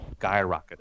skyrocketed